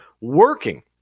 working